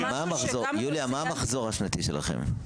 מה המחזור השנתי שלכם?